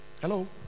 Hello